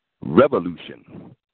revolution